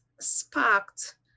sparked